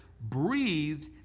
breathed